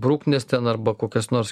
bruknes ten arba kokias nors